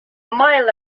mile